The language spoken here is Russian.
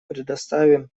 предоставим